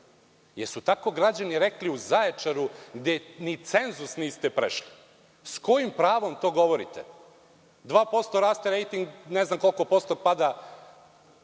Jel su tako građani rekli u Zaječaru gde ni cenzus niste prešli? S kojim pravom to govorite? Dva posto raste rejting, ne znam koliko posto pada